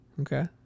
Okay